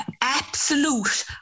Absolute